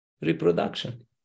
Reproduction